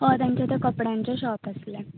हय तांचे थंय कपड्यांचे शोप आसलें